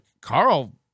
Carl